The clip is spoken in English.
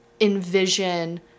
envision